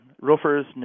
roofers